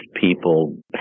people